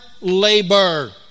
labor